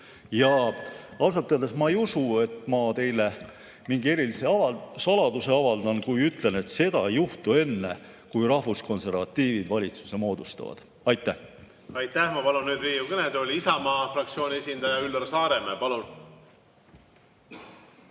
Ausalt öeldes ma ei usu, et ma teile mingi erilise saladuse avaldan, kui ütlen, et seda ei juhtu enne, kui rahvuskonservatiivid valitsuse moodustavad. Aitäh! Ma palun nüüd Riigikogu kõnetooli Isamaa fraktsiooni esindaja Üllar Saaremäe. Ma